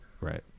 Right